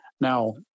Now